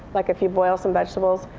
like, if you boil some vegetables,